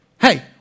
hey